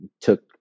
took